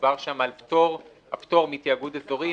מדובר שם על פטור מתיאגוד אזורי.